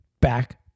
back